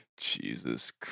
Jesus